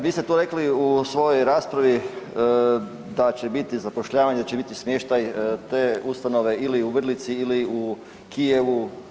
Vi ste tu rekli u svojoj raspravi da će biti zapošljavanja, da će biti smještaj te ustanove ili u Vrlici, ili u Kijevu.